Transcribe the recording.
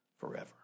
forever